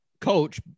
coach